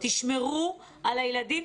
תשמרו על הילדים,